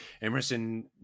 Emerson